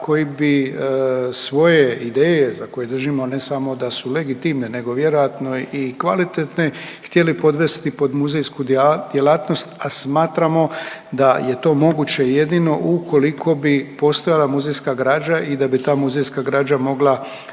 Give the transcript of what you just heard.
koji bi svoje ideje za koje držimo ne samo da su legitimne nego vjerojatno i kvalitetne htjeli podvesti pod muzejsku djelatnost, a smatramo da je to moguće jedino ukoliko bi postojala muzejska građa i da bi ta muzejska građa mogla